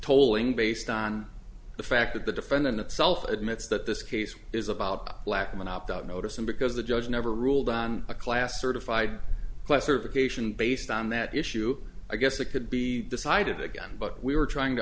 tolling based on the fact that the defendant itself admits that this case is about lack of an opt out notice and because the judge never ruled on a class certified class or vacation based on that issue i guess it could be decided again but we were trying to